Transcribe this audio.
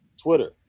twitter